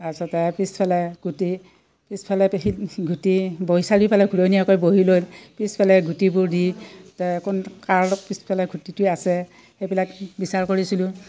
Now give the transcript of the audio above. তাৰপিছতে পিছফালে গুটি পিছফালে পিঠিত গুটি বহি চাৰিওফালে ঘূৰণীয়াকৈ বহি লৈ পিছফালে গুটিবোৰ দি তা কোন কাৰ পিছফালে গুটিটো আছে সেইবিলাক বিচাৰ কৰিছিলোঁ